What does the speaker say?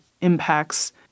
impacts